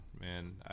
man